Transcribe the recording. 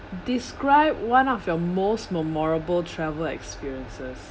describe one of your most memorable travel experiences